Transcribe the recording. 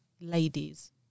ladies